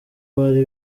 bari